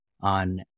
on